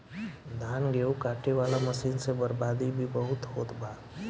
धान, गेहूं काटे वाला मशीन से बर्बादी भी बहुते होत बा